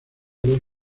dos